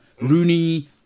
Rooney